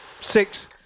Six